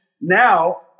Now